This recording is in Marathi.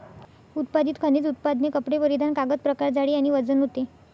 उत्पादित खनिज उत्पादने कपडे परिधान कागद प्रकार जाडी आणि वजन होते